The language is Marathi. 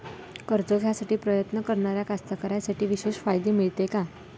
कर्ज घ्यासाठी प्रयत्न करणाऱ्या कास्तकाराइसाठी विशेष फायदे मिळते का?